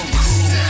cool